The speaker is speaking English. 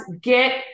get